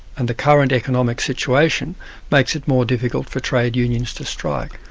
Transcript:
and the current economic situation makes it more difficult for trade unions to strike.